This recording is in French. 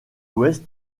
ouest